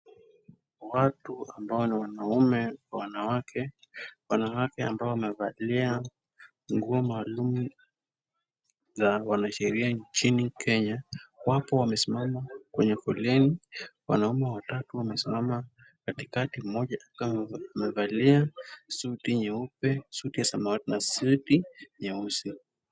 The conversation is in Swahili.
Watu ambao ni wanaume kwa wanawake, wanawake ambao wamevalia nguo maalum za wanasheria nchini Kenya, wapo wamesimama kwenye foleni. Wanaume watatu wamesimama katikati mmoja akiwa amevalia suti nyeupe, suti ya samawati na suti nyeusi.